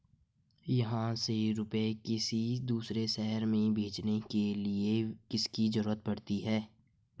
यहाँ से रुपये किसी दूसरे शहर में भेजने के लिए किसकी जरूरत पड़ती है?